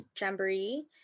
Jamboree